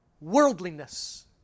worldliness